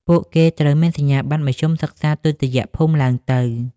ពួកគេត្រូវមានសញ្ញាបត្រមធ្យមសិក្សាទុតិយភូមិឡើងទៅ។